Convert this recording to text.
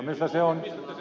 minusta se on